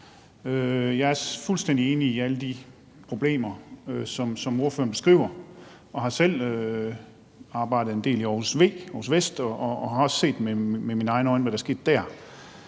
Jeg er fuldstændig enig i alle de problemer, som ordføreren beskriver. Jeg har selv arbejdet en del i Aarhus Vest og har også med mine egne øjne set, hvad der skete der,